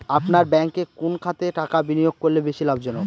আপনার ব্যাংকে কোন খাতে টাকা বিনিয়োগ করলে বেশি লাভজনক?